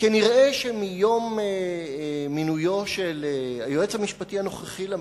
כנראה שמיום מינויו של היועץ המשפטי הנוכחי לממשלה,